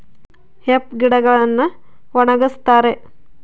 hemp ಗಿಡಗಳನ್ನು ಒಣಗಸ್ತರೆ